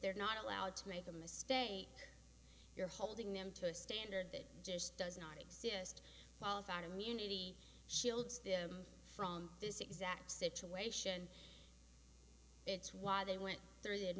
they're not allowed to make a mistake you're holding them to a standard that just does not exist while found immunity shields them from this exact situation it's why they went th